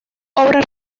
obras